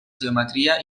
geometria